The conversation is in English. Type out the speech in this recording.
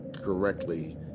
correctly